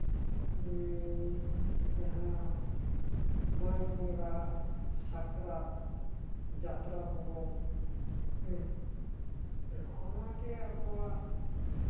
ᱩᱱᱤ ᱡᱟᱦᱟᱸ ᱢᱟᱜᱽ ᱵᱚᱸᱜᱟ ᱥᱟᱠᱨᱟᱛ ᱦᱟᱛᱨᱟ ᱯᱚᱨᱚᱵᱽ ᱦᱮᱸ ᱱᱚᱜᱼᱚᱱᱟ ᱜᱮ ᱟᱵᱚᱣᱟᱜ